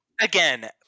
Again